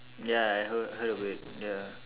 ya I heard heard of it ya